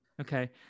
Okay